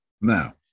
Now